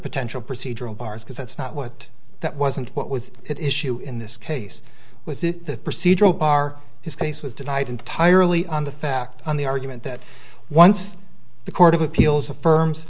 potential procedural bars because that's not what that wasn't what was it issue in this case with the procedural bar his case was denied entirely on the fact on the argument that once the court of appeals affirms